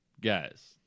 guys